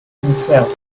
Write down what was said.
himself